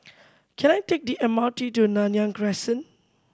can I take the M R T to Nanyang Crescent